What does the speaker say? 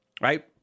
right